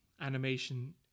animation